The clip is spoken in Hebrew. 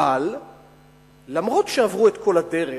אבל אף-על-פי שעברו את כל הדרך,